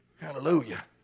Hallelujah